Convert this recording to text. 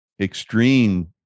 extreme